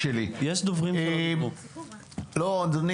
אוקיי?